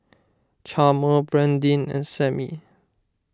Chalmer Brandyn and Sammie